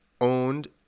owned